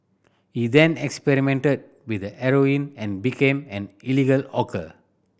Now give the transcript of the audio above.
he then experimented with heroin and became an illegal hawker